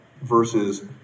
versus